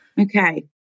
Okay